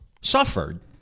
suffered